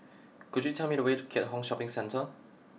could you tell me the way to Keat Hong Shopping Centre